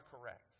correct